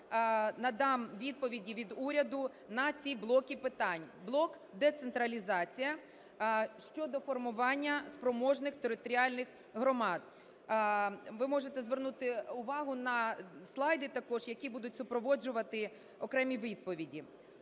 надам відповіді від уряду на ці блоки питань. Блок децентралізація, щодо формування спроможних територіальних громад. Ви можете звернути увагу на слайди також, які будуть супроводжувати окремі відповіді.